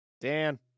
Dan